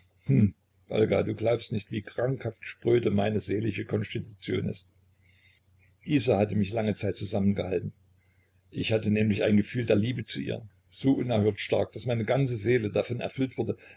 du glaubst nicht wie krankhaft spröde meine seelische konstitution ist isa hatte mich lange zeit zusammengehalten ich hatte nämlich ein gefühl der liebe zu ihr so unerhört stark daß meine ganze seele davon erfüllt wurde